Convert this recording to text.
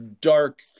Dark